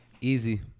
easy